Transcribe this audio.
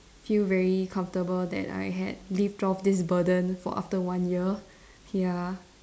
feel very comfortable that I had lift off this burden for after one year ya